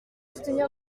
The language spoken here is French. soutenir